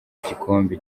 igikombe